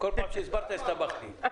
כל פעם שהסברת, הסתבכתי.